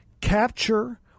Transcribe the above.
capture